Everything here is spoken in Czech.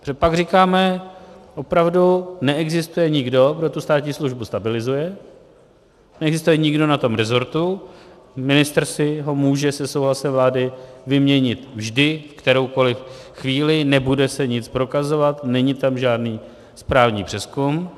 Protože pak říkáme: opravdu neexistuje nikdo, kdo tu státní službu stabilizuje, neexistuje nikdo na tom rezortu, ministr si ho může se souhlasem vlády vyměnit vždy, v kteroukoliv chvíli, nebude se nic prokazovat, není tam žádný správní přezkum.